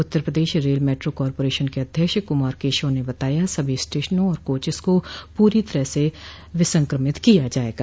उत्तर Pradesh rail metro corporation के अध्यक्ष कुमार केशव ने बताया सभी स्टेशनों और कोचेस को पूरी तरह विसंक्रमित किया जायेगा